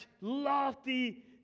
lofty